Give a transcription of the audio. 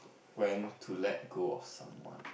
when to let go of someone